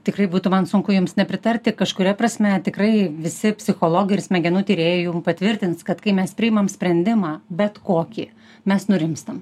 tikrai būtų man sunku jums nepritarti kažkuria prasme tikrai visi psichologai ir smegenų tyrėjai jum patvirtins kad kai mes priimam sprendimą bet kokį mes nurimstam